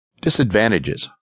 Disadvantages